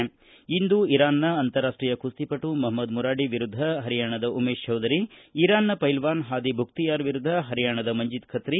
ಅಲ್ಲದೇ ಇರಾನ್ನ ಅಂತರಾಷ್ಟೀಯ ಕುಸ್ತಪಟು ಮಹ್ಮದ ಮುರಾಡಿ ವಿರುದ್ಧ ಹರಿಯಾಣದ ಉಮೇಶ್ ಚೌಧರಿ ಇರಾನ್ನ ಪೈಲ್ವಾನ್ ಹಾದಿ ಭುಕ್ತಿಯಾರ್ ವಿರುದ್ಧ ಹರಿಯಾಣದ ಮಂಜಿತ ಖಿತ್ರಿ